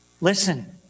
listen